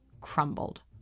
crumbled